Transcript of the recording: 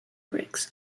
briggs